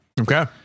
Okay